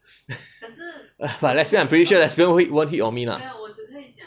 but lesbian I'm pretty sure lesbian won't hit on me lah